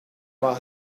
while